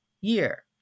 year